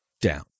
down